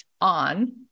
on